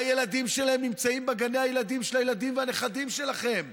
הילדים שלהם נמצאים בגני הילדים של הילדים והנכדים שלכם.